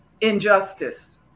injustice